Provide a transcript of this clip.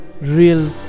real